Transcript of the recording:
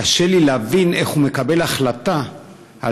קשה לי להבין איך הוא מקבל החלטה על